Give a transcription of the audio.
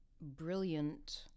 brilliant